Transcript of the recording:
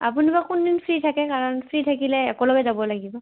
আপুনি বা কোনদিনা ফ্ৰী থাকে কাৰণ ফ্ৰী থাকিলে একেলগে যাব লাগিব